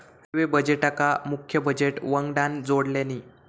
railway बजेटका मुख्य budget वंगडान जोडल्यानी